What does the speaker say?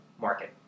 market